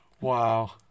Wow